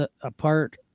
apart